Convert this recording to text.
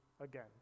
again